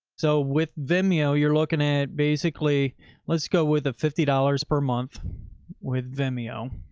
so with vimeo, you're looking at basically let's go with a fifty dollars per month with vimeo